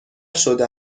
شده